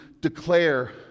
declare